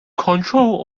control